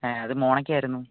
ആ അത് മോണക്കായിരുന്നു